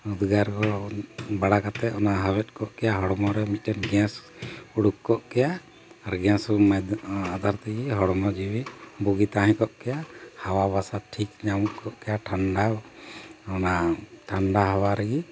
ᱩᱫᱽᱜᱟᱨ ᱵᱟᱲᱟ ᱠᱟᱛᱮ ᱚᱱᱟ ᱦᱟᱣᱮᱫ ᱠᱚᱜ ᱠᱮᱭᱟ ᱦᱚᱲᱢᱚ ᱨᱮ ᱢᱤᱫᱴᱮᱱ ᱜᱮᱥ ᱩᱰᱩᱠ ᱠᱚᱜ ᱠᱮᱭᱟ ᱟᱨ ᱜᱮᱥ ᱟᱫᱷᱟᱨ ᱛᱮᱜᱮ ᱦᱚᱲᱢᱚ ᱡᱤᱣᱤ ᱵᱩᱜᱤ ᱛᱟᱦᱮᱸ ᱠᱚᱜ ᱠᱮᱭᱟ ᱦᱟᱣᱟ ᱵᱟᱛᱟᱥ ᱴᱷᱤᱠ ᱧᱟᱢ ᱠᱚᱜ ᱠᱮᱭᱟ ᱴᱷᱟᱱᱰᱟ ᱚᱱᱟ ᱴᱷᱟᱱᱰᱟ ᱦᱟᱣᱟ ᱨᱮᱜᱮ